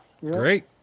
Great